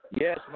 Yes